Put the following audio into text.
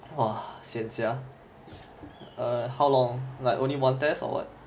!wah! sian sia err how long like only one test or what